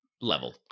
level